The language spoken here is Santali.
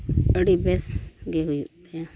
ᱟᱹᱰᱤ ᱵᱮᱥᱜᱮ ᱦᱩᱭᱩᱜ ᱛᱟᱭᱟ